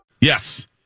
Yes